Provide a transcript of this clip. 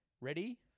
Ready